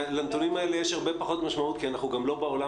לנתונים האלה יש הרבה פחות משמעות כי אנחנו גם לא בעולם